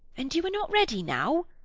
and you are not ready now!